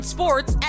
Sports